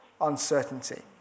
uncertainty